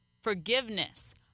forgiveness